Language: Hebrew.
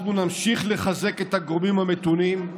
אנחנו נמשיך לחזק את הגורמים המתונים,